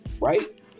right